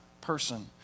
person